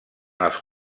els